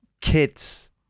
kids